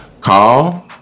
Call